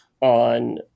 on